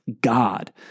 God